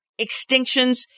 extinctions